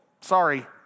sorry